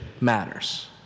matters